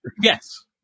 yes